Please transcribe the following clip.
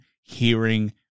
hearing